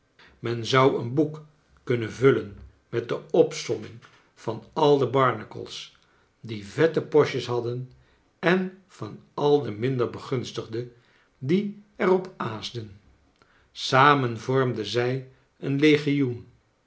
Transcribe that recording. men zou een boek kunnen vullen met de opsomming van al de barnacles die vette postjes badden en van al de minder begunstigde die er op aasden samen vormden zij een legioen